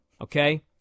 Okay